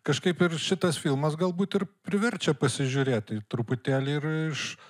kažkaip ir šitas filmas galbūt ir priverčia pasižiūrėti truputėlį ir iš